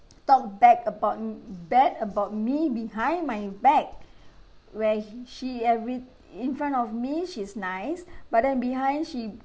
talk back about bad about me behind my back where he she everyt~ in front of me she's nice but then behind she